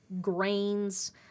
grains